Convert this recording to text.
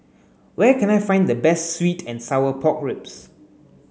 where can I find the best sweet and sour pork ribs